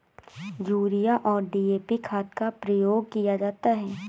urea और DAP खाद का प्रयोग किया जाता है